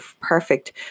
perfect